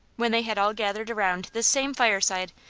when they had all gathered around this same fireside,